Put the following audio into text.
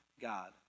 God